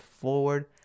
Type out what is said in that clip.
forward